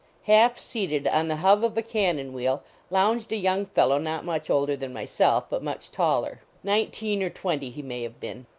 half seated on the hub of a cannon wheel lounged a young fellow not much older than myself, but much taller. nineteen or twenty he may have been.